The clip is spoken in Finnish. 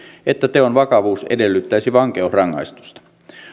että teon vakavuus edellyttäisi vankeusrangaistusta